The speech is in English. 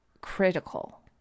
critical